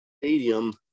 Stadium